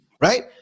right